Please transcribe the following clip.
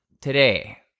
today